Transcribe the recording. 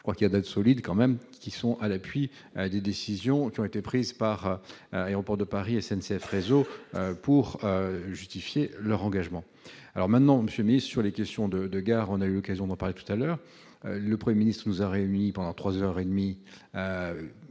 je crois qu'il a de solides quand même qui sont à l'appui des décisions qui ont été prises par aéroports de Paris, SNCF, réseau pour justifier leur engagement, alors maintenant Monsieur mis sur les questions de de gare on a eu l'occasion d'en parler tout à l'heure, le 1er ministre nous a réuni pendant 3 heures et demie